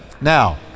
Now